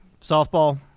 Softball